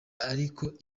ariko